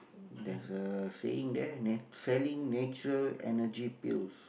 there's a saying there nat~ selling natural Energy Pills